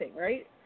right